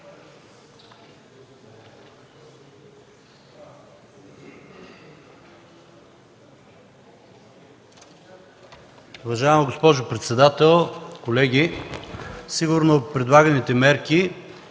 Уважаема госпожо председател, колеги! Сигурно предлаганите и